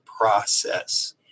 process